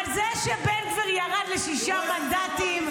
אבל זה שבן גביר ירד לשישה מנדטים,